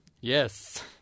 Yes